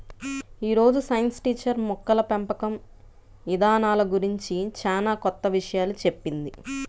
యీ రోజు science teacher మొక్కల పెంపకం ఇదానాల గురించి చానా కొత్త విషయాలు చెప్పింది